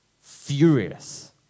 furious